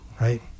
Right